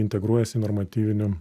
integruojasi normatyvinių